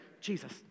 Jesus